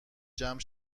جمع